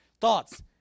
thoughts